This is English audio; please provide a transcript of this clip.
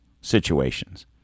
situations